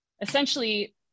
essentially